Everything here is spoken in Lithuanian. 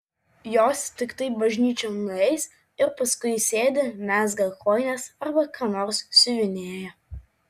jos tiktai bažnyčion nueis ir paskui sėdi mezga kojines arba ką nors siuvinėja